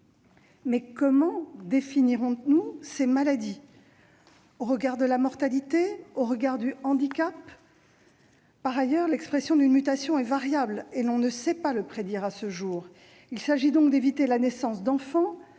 Mais comment définirons-nous ces maladies ? Au regard de la mortalité ? Au regard du handicap ? Par ailleurs, l'expression d'une mutation est variable et l'on ne sait pas le prédire à ce jour. Il s'agit donc d'éviter la naissance d'enfants